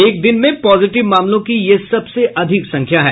एक दिन में पॉजिटिव मामलों की यह सबसे अधिक संख्या है